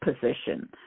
position